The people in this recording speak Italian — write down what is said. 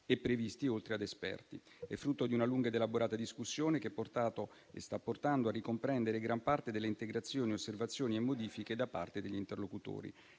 e previsti, oltre ad esperti. Essa è frutto di una lunga ed elaborata discussione che ha portato e sta portando a ricomprendere gran parte delle integrazioni, osservazioni e modifiche da parte degli interlocutori.